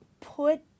put